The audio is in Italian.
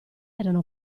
era